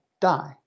die